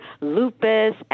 lupus